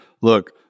Look